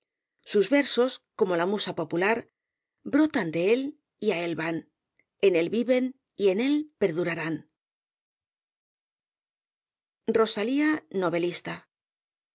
sus versos como la musa popular brotan de él y á él van en él viven y en él perdurarán rosalía novelista su